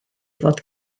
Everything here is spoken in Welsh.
fod